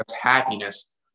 happiness